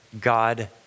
God